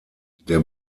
der